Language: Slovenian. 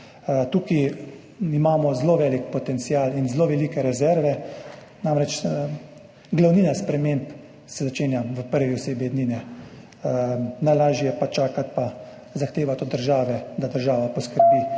Tukaj imamo zelo velik potencial in zelo velike rezerve. Glavnina sprememb se začenja v prvi osebi ednine, najlažje je pa čakati in zahtevati od države, da poskrbi,